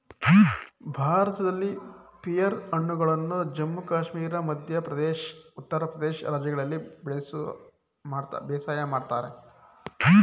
ಭಾರತದಲ್ಲಿ ಪಿಯರ್ ಹಣ್ಣುಗಳನ್ನು ಜಮ್ಮು ಕಾಶ್ಮೀರ ಮಧ್ಯ ಪ್ರದೇಶ್ ಉತ್ತರ ಪ್ರದೇಶ ರಾಜ್ಯಗಳಲ್ಲಿ ಬೇಸಾಯ ಮಾಡ್ತರೆ